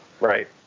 Right